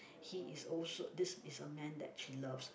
he is also this is the man that she loves